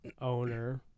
owner